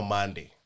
Monday